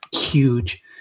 huge